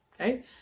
okay